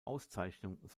auszeichnung